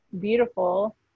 beautiful